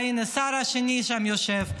הינה, השר השני יושב שם.